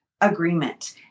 agreement